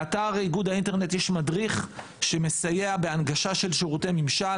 באתר איגוד האינטרנט יש מדריך שמסייע בהנגשת שירותי ממשל,